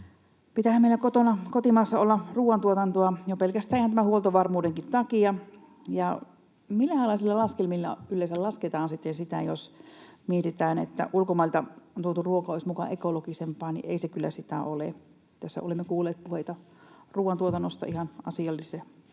Pitäähän meillä kotimaassa olla ruoantuotantoa jo pelkästään ihan huoltovarmuudenkin takia. Minkähänlaisilla laskelmilla yleensä lasketaan sitten sitä, jos mietitään, että ulkomailta tuotu ruoka olisi muka ekologisempaa? Ei se kyllä sitä ole. Tässä olemme kuulleet puheita ruoantuotannosta, ihan asiallisia